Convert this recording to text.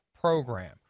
program